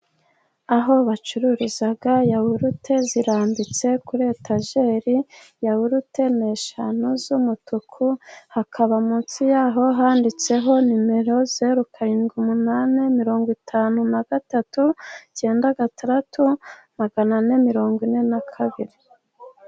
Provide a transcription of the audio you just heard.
Aho bacururiza yawurute zirambitse kuri etageri, ya wurute n'eshanu z'umutuku, hakaba munsi ya ho handitse ho nimero zeru karindwi umunani mirongo itanu na gatatu, ikenda gatandatu magana ane mirongo ine na kabiri.